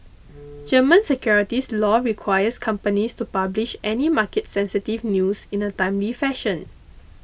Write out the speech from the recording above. German securities law requires companies to publish any market sensitive news in a timely fashion